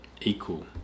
equal